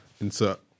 Insert